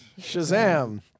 Shazam